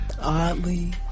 Oddly